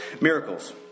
miracles